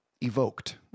evoked